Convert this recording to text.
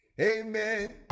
Amen